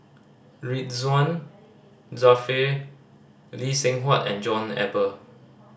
Ridzwan Dzafir Lee Seng Huat and John Eber